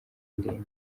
ndende